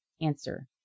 Answer